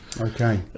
okay